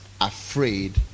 afraid